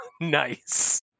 Nice